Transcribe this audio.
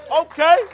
okay